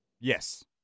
Yes